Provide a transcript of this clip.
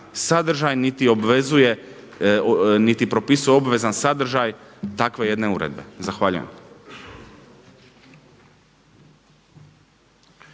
niti propisuje obvezan sadržaj takve jedne uredbe. Zahvaljujem.